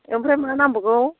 आमफ्राय मा नांबावगौ